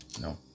No